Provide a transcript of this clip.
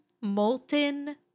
Molten